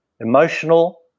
emotional